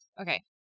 okay